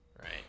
Right